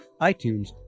iTunes